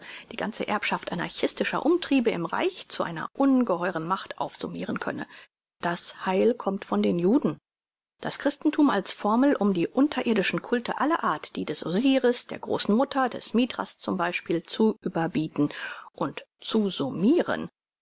die ganze erbschaft anarchistischer umtriebe im reich zu einer ungeheuren macht aufsummiren könne das heil kommt von den juden das christenthum als formel um die unterirdischen culte aller art die des osiris der großen mutter des mithras zum beispiel zu überbieten und zu summiren